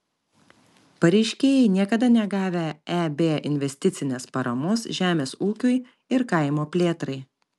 pareiškėjai niekada negavę eb investicinės paramos žemės ūkiui ir kaimo plėtrai